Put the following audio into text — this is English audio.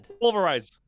pulverize